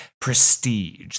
prestige